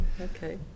Okay